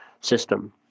system